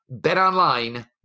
BetOnline